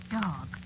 dog